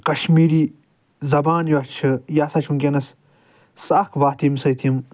کشمیٖری زبان یۄس چھِ یہِ ہسا چھِ وٕنکٮ۪نس سۄ اکھ وتھ ییٚمہِ سۭتۍ یِم